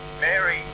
Mary